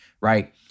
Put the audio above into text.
Right